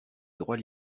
droits